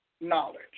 knowledge